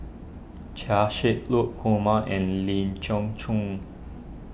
Chia Shi Lu Kumar and Lee Chin